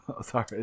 sorry